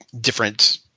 different